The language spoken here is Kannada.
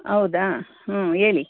ಹೌದಾ ಹೇಳಿ